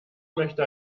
möchte